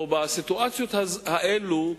או בסיטואציות האלה,